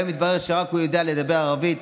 אני יודע לדבר ערבית,